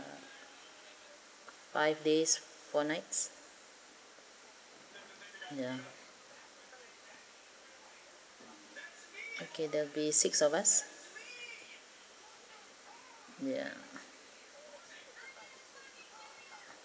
five days four nights ya okay there will be six of us ya